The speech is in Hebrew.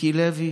מיקי לוי